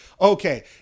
Okay